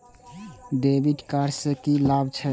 डेविट कार्ड से की लाभ छै?